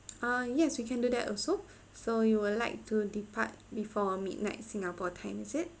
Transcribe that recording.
uh yes we can do that also so you will like to depart before midnight singapore time is it